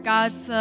God's